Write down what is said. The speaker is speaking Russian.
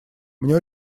мне